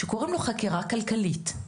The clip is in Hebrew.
שקוראים לו חקירה כלכלית.